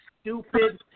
stupid –